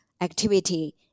activity